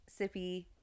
sippy